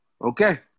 Okay